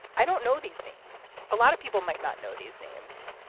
i don't know these names. a lot of people might not know these names.